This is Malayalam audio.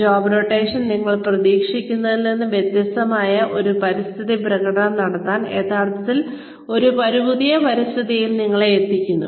ജോബ് റോടേഷൻ നിങ്ങൾ പ്രതീക്ഷിക്കുന്നതിൽ നിന്ന് വ്യത്യസ്തമായ ഒരു പരിതസ്ഥിതിയിൽ പ്രകടനം നടത്താൻ യഥാർത്ഥത്തിൽ ഒരു പുതിയ പരിതസ്ഥിതിയിൽ നിങ്ങളെ എത്തിക്കുന്നു